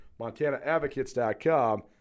MontanaAdvocates.com